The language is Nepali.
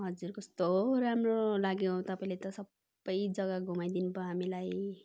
हजुर कस्तो राम्रो लाग्यो तपाईँले त सबै जगा घुमाइदिनु भयो हामीलाई